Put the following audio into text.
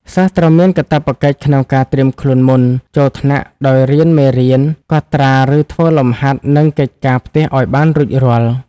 សិស្សត្រូវមានកាតព្វកិច្ចក្នុងការត្រៀមខ្លួនមុនចូលថ្នាក់ដោយ រៀនមេរៀន កត់ត្រាឫធ្វើលំហាត់និងកិច្ចការផ្ទះឱ្យបានរួចរាល់។